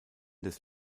des